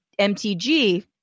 MTG